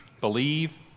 Believe